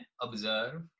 observe